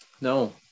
No